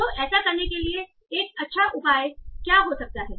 तो ऐसा करने के लिए एक अच्छा उपाय क्या हो सकता है